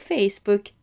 Facebook